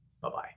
Bye-bye